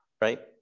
right